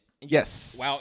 Yes